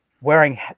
wearing